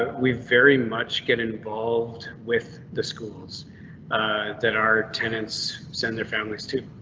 we very much get involved with the schools that are tenants send their families too.